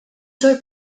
sur